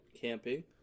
camping